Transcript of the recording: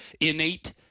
innate